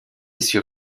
sur